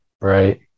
Right